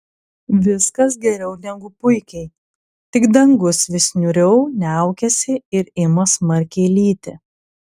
viskas geriau negu puikiai tik dangus vis niūriau niaukiasi ir ima smarkiai lyti